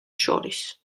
შორის